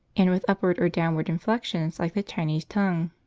and with upward or downward inflections like the chinese tongue.